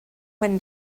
when